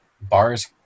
bars